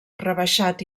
rebaixat